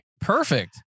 Perfect